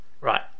Right